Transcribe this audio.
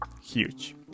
Huge